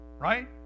right